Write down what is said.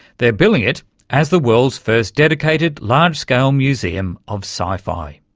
they're billing it as the world's first dedicated large-scale museum of sci-fi.